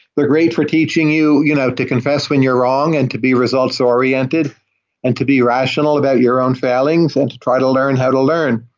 they're great for teaching you you know to confess when you're wrong and to be results-oriented and to be rational about your own failings and try to learn how to learn,